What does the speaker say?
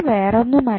വേറൊന്നുമല്ല